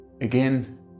again